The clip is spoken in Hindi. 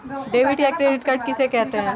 डेबिट या क्रेडिट कार्ड किसे कहते हैं?